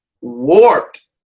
warped